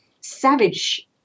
savage